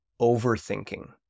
overthinking